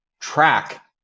track